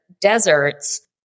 deserts